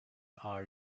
are